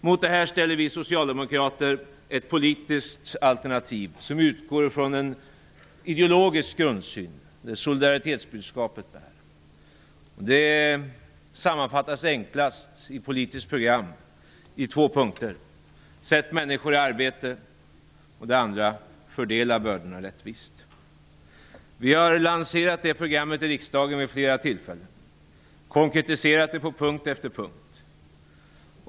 Mot det här ställer vi socialdemokrater ett politiskt alternativ som utgår från en ideologisk grundsyn som bygger på solidaritetsbudskapet. Det sammanfattas enklast i ett politiskt program i två punkter: 1) Sätt människor i arbete. 2) Fördela bördorna rättvist. Vi har lanserat det programmet i riksdagen vid flera tillfällen och konkretiserat det på punkt efter punkt.